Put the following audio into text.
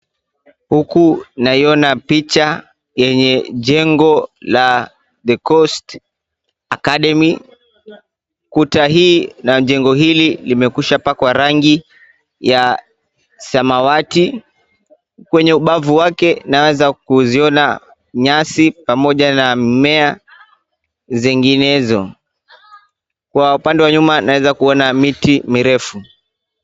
Huku naiona picha yenye jengo la The Coast Academy. Kuta hii na jengo hili limeshapakwa rangi ya samawati. Kwenye ubavu wake naweza kuziona nyasi pamoja na mimea zinginezo. Kwa upande wa nyumba naweza kuona miti mirefu.